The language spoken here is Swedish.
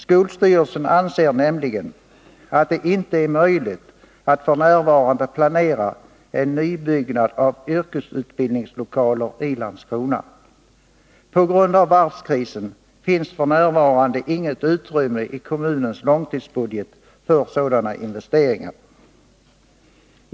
Skolstyrelsen anser nämligen att det inte är möjligt att f.n. planera en nybyggnad av yrkesutbildningslokaler i Landskrona. På grund av varvskrisen finns det inget utrymme i kommunens långtidsbudget för sådana investeringar.